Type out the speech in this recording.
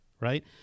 right